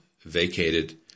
vacated